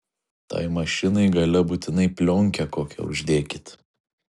tai mašinai gale būtinai plionkę kokią uždėkit